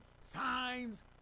signs